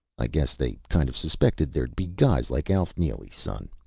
i guess they kind of suspected there'd be guys like alf neely, son,